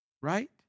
right